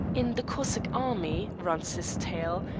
in the cossack army, runs his tale,